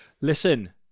Listen